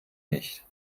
nicht